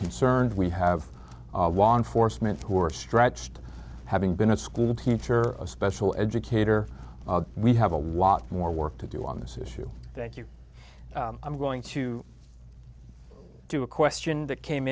concerned we have law enforcement who are stretched having been a schoolteacher a special educator we have a lot more work to do on this issue thank you i'm going to do a question that came